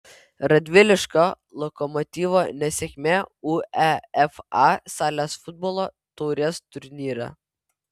radviliškio lokomotyvo nesėkmė uefa salės futbolo taurės turnyre